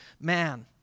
man